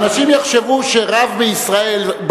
אנשים יחשבו שרב בישראל,